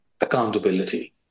accountability